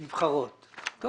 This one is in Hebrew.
אני רק